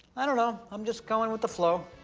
i don't know, i'm just going with the flow,